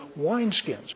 wineskins